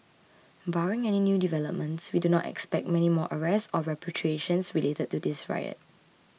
barring any new developments we do not expect many more arrests or repatriations related to this riot